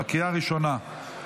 בקריאה הראשונה.